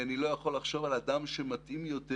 אני לא יכול לחשוב על אדם מתאים יותר